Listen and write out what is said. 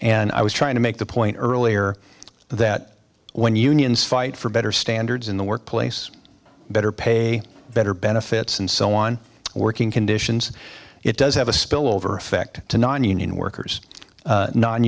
and i was trying to make the point earlier that when unions fight for better standards in the workplace better pay better benefits and so on working conditions it does have a spillover effect to nonunion workers